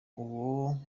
uwo